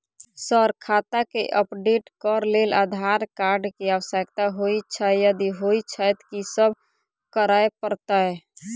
Sir खाता केँ update करऽ लेल आधार कार्ड केँ आवश्यकता होइ छैय यदि होइ छैथ की सब करैपरतैय?